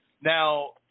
Now